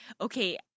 okay